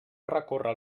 recórrer